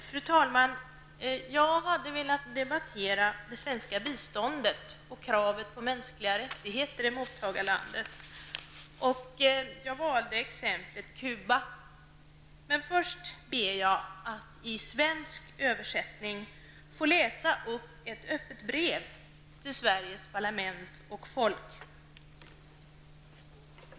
Fru talman! Jag hade valt att debattera det svenska biståndet och krav på mänskliga rättigheter i mottagarlandet. Jag valde exemplet Cuba. Men först vill jag i svensk översättning få läsa upp ett öppet brev till Sveriges parlament och folk.